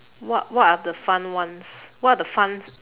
what what are the fun ones what are the fun